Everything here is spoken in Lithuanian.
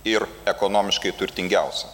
ir ekonomiškai turtingiausią